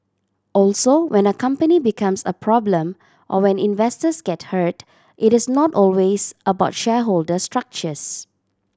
also when a company becomes a problem or when investors get hurt it is not always about shareholder structures